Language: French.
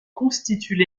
constituent